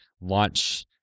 launch